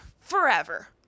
forever